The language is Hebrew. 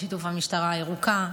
בשיתוף המשטרה הירוקה,